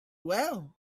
well